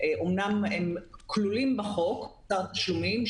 אמנם הם כלולים בחוק מוסר התשלומים,